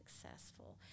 successful